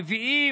מביאים,